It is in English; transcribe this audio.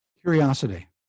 Curiosity